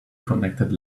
connected